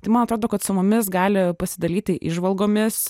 tai man atrodo kad su mumis gali pasidalyti įžvalgomis